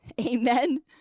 Amen